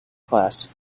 class